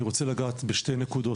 אני רוצה לגעת בשתי נקודות.